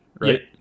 right